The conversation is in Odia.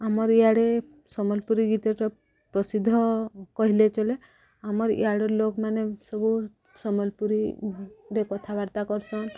ଆମର୍ ଇଆଡ଼େ ସମ୍ବଲପୁରୀ ଗୀତଟା ପ୍ରସିଦ୍ଧ କହିଲେ ଚଲେ ଆମର୍ ଇଆଡ଼ ଲୋକମାନେ ସବୁ ସମ୍ବଲପୁରୀରେ କଥାବାର୍ତ୍ତା କରସନ୍